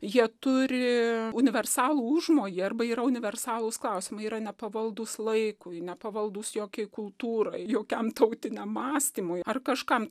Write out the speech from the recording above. jie turi universalų užmojį arba yra universalūs klausimai yra nepavaldus laikui nepavaldus jokiai kultūrai jaukiam tautiniam mąstymui ar kažkam